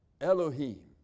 Elohim